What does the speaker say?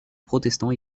protestants